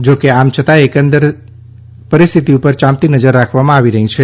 જો કે આમ છતાં એકંદર સ્થિતિ પર યાંપતી નજર રાખવામા આવી રહી છે